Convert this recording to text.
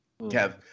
Kev